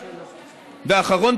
ואחרון,